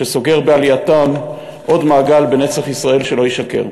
שסוגר בעלייתם עוד מעגל של נצח ישראל שלא ישקר.